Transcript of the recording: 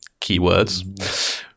Keywords